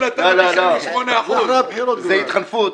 זה התחנפות.